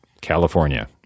California